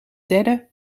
derde